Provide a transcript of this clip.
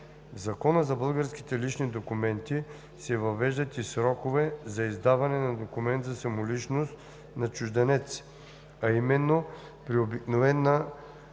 В Закона за българските лични документи се въвеждат и срокове за издаване на документ за самоличност на чужденец, а именно при обикновена